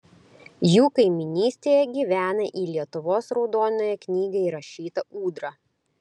jų kaimynystėje gyvena į lietuvos raudonąją knygą įrašyta ūdra